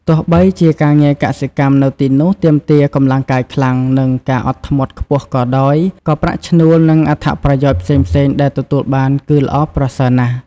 ទោះបីជាការងារកសិកម្មនៅទីនោះទាមទារកម្លាំងកាយខ្លាំង និងការអត់ធ្មត់ខ្ពស់ក៏ដោយ ក៏ប្រាក់ឈ្នួល និងអត្ថប្រយោជន៍ផ្សេងៗដែលទទួលបានគឺល្អប្រសើរណាស់ ។